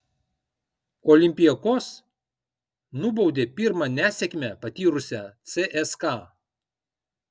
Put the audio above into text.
olympiakos nubaudė pirmą nesėkmę patyrusią cska